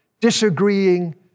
disagreeing